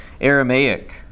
Aramaic